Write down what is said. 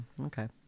Okay